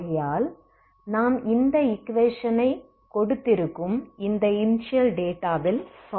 ஆகையால் நாம் இந்த ஈக்வேஷனை கொடுத்திருக்கும் இந்த இனிஷியல் டேட்டாவில் சால்வ் பண்ணலாம்